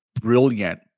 brilliant